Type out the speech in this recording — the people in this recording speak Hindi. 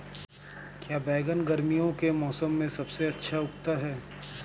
क्या बैगन गर्मियों के मौसम में सबसे अच्छा उगता है?